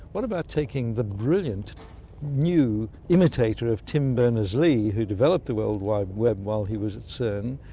what about taking the brilliant new imitator of tim berners-lee who developed the world wide web while he was at cern,